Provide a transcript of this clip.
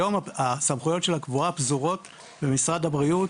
היום הסמכויות של הקבורה פזורות במשרד הבריאות,